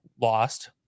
lost